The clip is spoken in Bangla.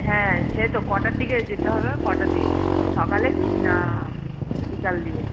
হ্যাঁ সে তো কটার দিকে যেতে হবে কটা দিয়ে সকালে কি না বিকাল দিয়ে